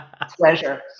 pleasure